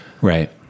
Right